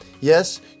Yes